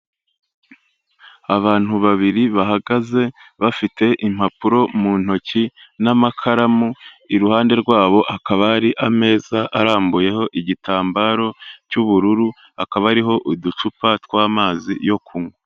Abantu babiri bahagaze bafite impapuro mu ntoki n'amakaramu, iruhande rwabo hakaba hari ameza arambuyeho igitambaro cy'ubururu, akaba ariho uducupa tw'amazi yo kunywa.